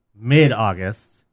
mid-August